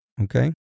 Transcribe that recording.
okay